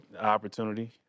opportunity